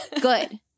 Good